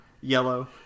Yellow